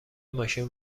ماشین